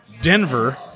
Denver